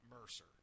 Mercer